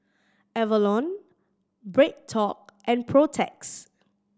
Avalon BreadTalk and Protex